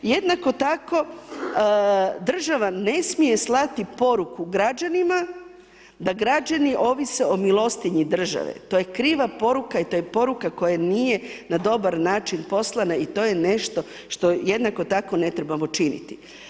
Jednako tako država ne smije slati poruku građanima da građani ovise o milostinji države, to je kriva poruka i to je poruka koja nije na dobar način poslana i to je nešto što jednako tako ne trebamo činiti.